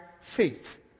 faith